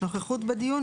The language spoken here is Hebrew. נוכחות בדיון,